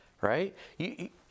right